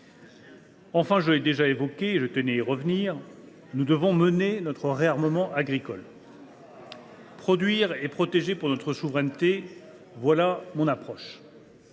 Enfin, j’en ai déjà parlé, mais je tenais à y revenir, nous devons mener notre réarmement agricole. Produire et protéger pour notre souveraineté, voilà ma démarche.